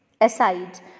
Aside